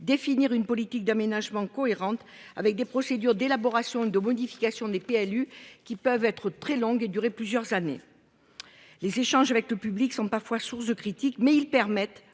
définir une politique d'aménagement cohérente, avec des procédures d'élaboration et de modification des plans locaux d'urbanisme (PLU) qui peuvent être très longues et durer plusieurs années. Les échanges avec le public sont parfois source de critiques, mais ils permettent